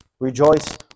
Rejoice